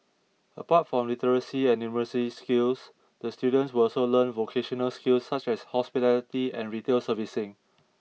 apart from literacy and numeracy skills the students will also learn vocational skills such as hospitality and retail servicing